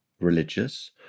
religious